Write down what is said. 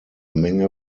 menge